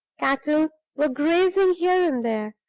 cattle were grazing here and there,